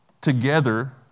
Together